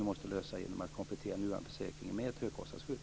Det får vi lösa genom att komplettera nuvarande försäkring med ett högkostnadsskydd.